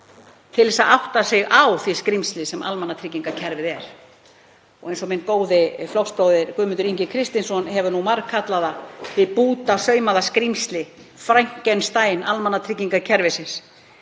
til að átta sig á því skrímsli sem almannatryggingakerfið er. Minn góði flokksbróðir, Guðmundur Ingi Kristinsson, hefur margkallað það hið bútasaumaða skrímsli, Frankenstein almannatryggingakerfisins.